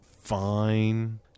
fine